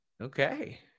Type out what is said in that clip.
Okay